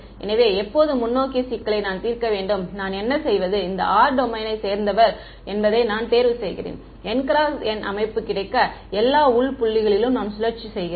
எனவே எப்போது முன்னோக்கிய சிக்கலை நான் தீர்க்க வேண்டும் நான் என்ன செய்வது r இந்த டொமைனைச் சேர்ந்தவர் என்பதை நான் தேர்வு செய்கிறேன் N × N அமைப்பு கிடைக்க எல்லா உள் புள்ளிகளிலும் நான் சுழற்சி செய்கிறேன்